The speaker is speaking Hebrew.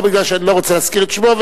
לא כי אני לא רוצה להזכיר את שמו,